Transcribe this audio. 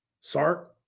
Sark